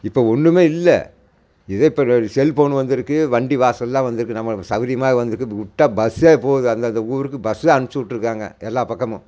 இப்போ ஒன்றுமே இல்லை இதே இப்போ செல்போன் வந்துருக்குது வண்டி வாசல் எல்லாம் வந்துருக்குது நம்ம இப்போ சௌரியமாக வந்துருக்குது விட்டா பஸ்ஸே போகுது அந்த அந்த ஊருக்கு பஸ்ஸே அனுப்பிச்சு விட்ருக்காங்க எல்லா பக்கமும்